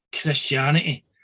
Christianity